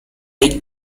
lake